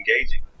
engaging